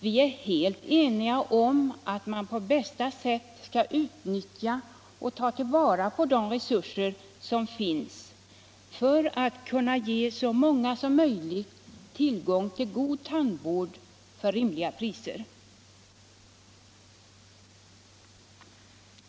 Vi är helt eniga om att man på bästa sätt skall ta till vara de resurser som finns för att kunna ge så många som möjligt tillgång till god tandvård för rimliga priser.